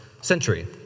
century